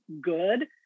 good